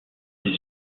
ses